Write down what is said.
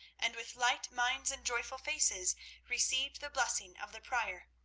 and with light minds and joyful faces received the blessing of the prior,